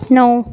नऊ